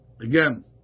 again